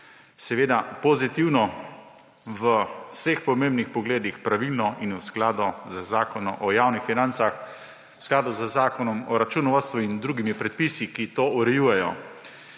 je pozitivno, v vseh pomembnih pogledih pravilno in v skladu z zakonom o javnih financah, v skladu z zakonom o računovodstvu in drugimi predpisi, ki to urejajo.